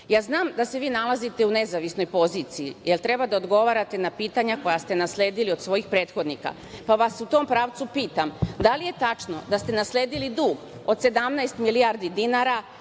da se vi nalazite u nezavisnoj poziciji jer treba da odgovarate na pitanja koja ste nasledili od svojih prethodnika, pa vas u tom pravcu pitam – da li je tačno da ste nasledili dug od 17 milijardi dinara,